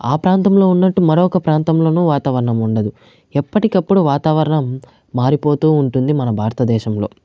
ఆ ప్రాంతంలో ఉన్నట్టు మరొక ప్రాంతంలోను వాతావరణం ఉండదు ఎప్పటికప్పుడు వాతావరణం మారిపోతు ఉంటుంది మన భారతదేశంలో